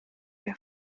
wer